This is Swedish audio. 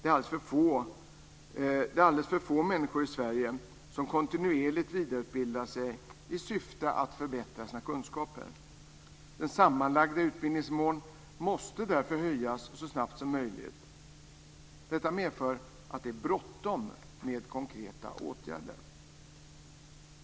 Det är alldeles för få människor i Sverige som kontinuerligt vidareutbildar sig i syfte att förbättra sina kunskaper. Den sammanlagda utbildningsnivån måste därför höjas så snabbt som möjligt. Detta medför att det är bråttom med konkreta åtgärder.